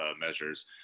measures